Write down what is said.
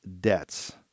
debts